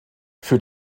für